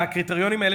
הקריטריונים האלה,